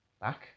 back